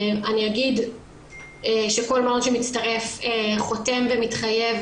אני אגיד שכל מלון שמצטרף חותם ומתחייב